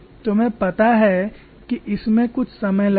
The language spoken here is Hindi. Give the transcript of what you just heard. तुम्हें पता है कि इसमें कुछ समय लगेगा